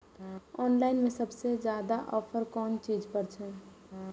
Online में सबसे ज्यादा ऑफर कोन चीज पर छे?